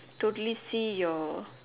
totally see your